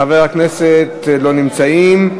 חברי הכנסת לא נמצאים.